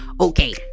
okay